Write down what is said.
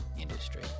industry